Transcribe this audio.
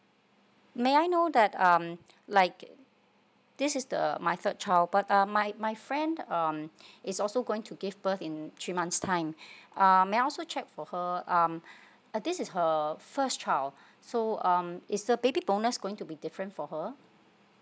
may I know that um like this is the my third child but um my my friend um is also going to give birth in three months time uh may I also check for her um uh this is her first child so um is the baby bonus going to be different for her